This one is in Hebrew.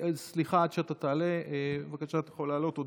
סליחה, עד שאתה תעלה, בבקשה, את יכולה לעלות.